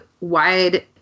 wide